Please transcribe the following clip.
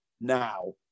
now